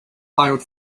filed